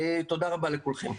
תודה רבה לכולכם.